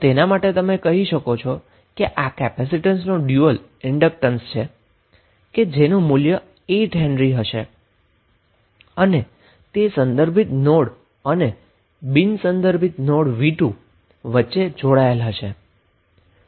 તેના માટે તમે કહી શકો છો કે આ કેપેસીટન્સનું ડયુઅલ ઇન્ડક્ટન્સ છે કે જેનું મૂલ્ય 8 હેન્રી હશે અને તે રેફરન્સ નોડ અને નોન રેફરન્સ નોડ v2 વચ્ચે જોડાયેલ હશે